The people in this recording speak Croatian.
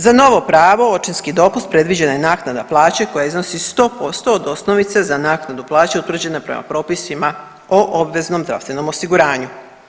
Za novo pravo očinski dopust predviđena je naknada plaće koja iznosi 100% od osnovice za naknadu plaće utvrđene prema propisima o obveznom zdravstvenom osiguranju.